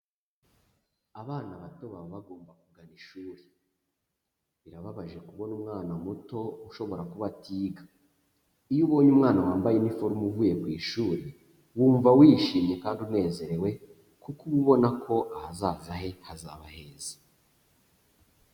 Abana bato baba bagomba kugana ishuri, birababaje kubona umwana muto ushobora kuba atiga, iyo ubonye umwana wambaye iniforume uvuye ku ishuri, wumva wishimye kandi unezerewe kuko uba ubona ko ahazaza he hazaba heza.